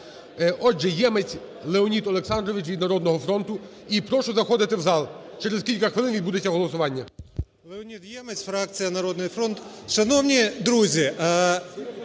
Отже, Ємець Леонід Олександрович від "Народного фронту". І прошу заходити в зал, через кілька хвилин відбудеться голосування.